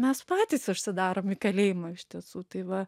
mes patys užsidarom į kalėjimą iš tiesų tai va